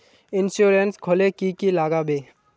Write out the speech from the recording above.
Insurance खोले की की लगाबे?